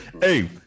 Hey